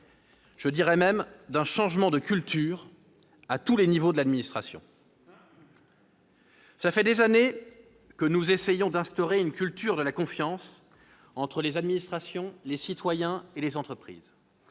de logiciel et même de culture, à tous les échelons de l'administration. Cela fait des années que nous essayons d'instaurer une culture de la confiance entre les administrations, les citoyens et les entreprises.